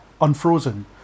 unfrozen